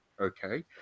okay